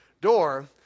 door